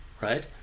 right